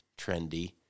trendy